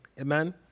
Amen